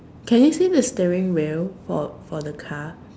can you see the steering wheel for for the car